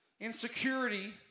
insecurity